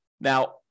Now